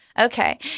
Okay